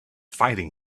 fighting